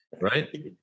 right